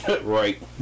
right